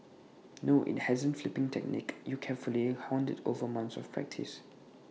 no IT wasn't the flipping technique you carefully honed over months of practice